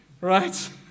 right